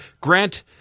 Grant